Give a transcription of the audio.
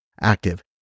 active